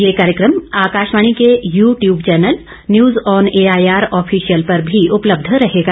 यह कार्यक्रम आकाशवाणी के YouTube channel news on A I R official पर भी उपलब्ध रहेगा